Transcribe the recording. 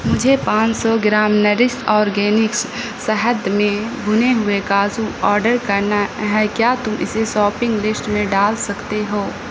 مجھے پانچ سو گرام نرش اورگینکس شہد میں بھنے ہوئے کاجو آرڈر کرنا ہے کیا تم اسے ساپنگ لسٹ میں ڈال سکتے ہو